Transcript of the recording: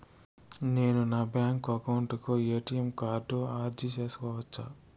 నేను నా bank account కు ఎ.టి.ఎం కార్డు అర్జీ సేసుకోవచ్చా?